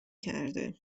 کرده